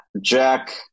Jack